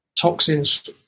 Toxins